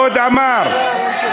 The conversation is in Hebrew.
שמעתם מה הוא אמר עכשיו?